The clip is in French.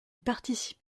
participent